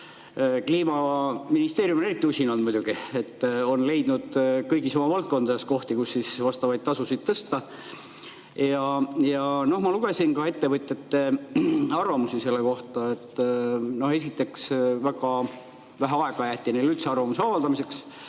Kliimaministeerium on muidugi eriti usin olnud ja on leidnud kõigis oma valdkondades kohti, kus vastavaid tasusid tõsta. Ma lugesin ka ettevõtjate arvamusi selle kohta. Esiteks, väga vähe aega jäeti neile üldse arvamuse avaldamiseks.